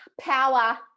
power